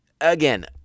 Again